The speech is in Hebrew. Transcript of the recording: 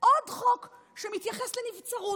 עוד חוק שמתייחס לנבצרות,